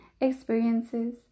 experiences